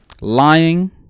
lying